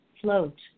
Float